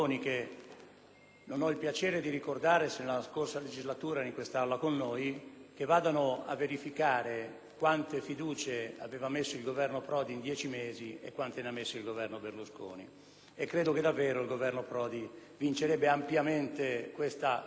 non ho il piacere di ricordare se nella scorsa legislatura erano in Aula con noi - ad andare a verificare quante fiducie aveva messo il Governo Prodi in dieci mesi e quante ne ha messe il Governo Berlusconi: credo che davvero il primo vincerebbe ampiamente questa classifica.